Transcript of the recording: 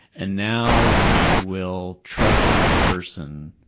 and now i will trust the other person,